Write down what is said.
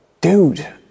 dude